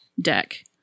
deck